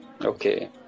Okay